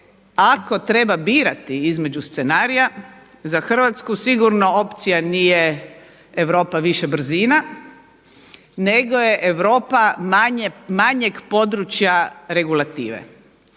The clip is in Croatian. ako treba birati između scenarija za Hrvatsku sigurno opcija nije Europa više brzina, nego je Europa manjeg područja regulative.